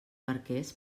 barquers